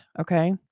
Okay